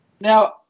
Now